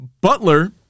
Butler